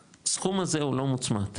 הסכום הזה הוא לא מוצמד.